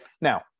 Now